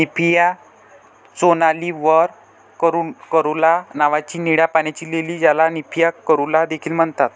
Nymphaea नौचाली वर caerulea नावाची निळ्या पाण्याची लिली, ज्याला निम्फिया कॅरुला देखील म्हणतात